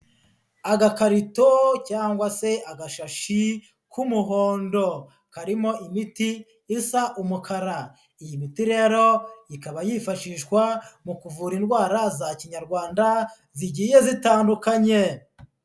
Agakarito cyangwa se agashashi k'umuhondo, karimo imiti isa umukara, iyi miti rero ikaba yifashishwa mu kuvura indwara za Kinyarwanda zigiye zitandukanye.